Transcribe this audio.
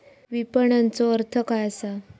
विपणनचो अर्थ काय असा?